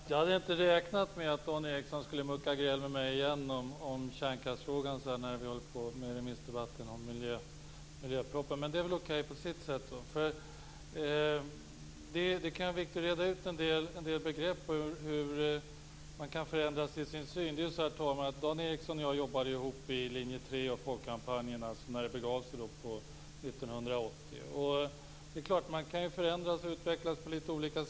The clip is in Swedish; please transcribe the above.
Herr talman! Jag hade inte räknat med att Dan Ericsson skulle mucka gräl med mig igen om kärnkraftsfrågan när vi har en remissdebatt om miljöpropositionen. Men det är väl okej på sitt sätt. Det kan vara viktigt att reda ut en del begrepp i fråga om hur man kan förändra sin syn på saker. Dan Ericsson och jag arbetade ihop i Linje 3 och i Folkkampanjen när det begav sig 1980. Det är klart att man kan förändras och utvecklas på litet olika sätt.